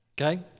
Okay